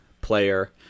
player